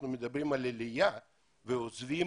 עוזבים